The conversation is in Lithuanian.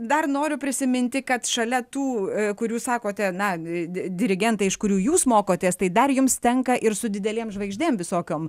dar noriu prisiminti kad šalia tų kurių sakote na dirigentai iš kurių jūs mokotės tai dar jums tenka ir su didelėm žvaigždėm visokiom